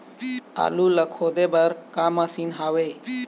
आलू ला खोदे बर का मशीन हावे?